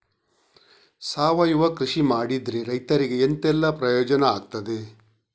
ಸಾವಯವ ಕೃಷಿ ಮಾಡಿದ್ರೆ ರೈತರಿಗೆ ಎಂತೆಲ್ಲ ಪ್ರಯೋಜನ ಆಗ್ತದೆ?